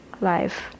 life